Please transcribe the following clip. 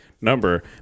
number